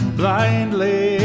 blindly